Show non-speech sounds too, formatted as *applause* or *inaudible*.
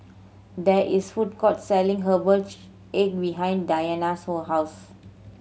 there is food court selling herbal *unintelligible* egg behind Dianna's *unintelligible* house